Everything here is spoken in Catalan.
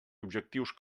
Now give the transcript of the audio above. objectius